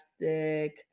fantastic